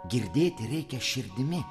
girdėti reikia širdimi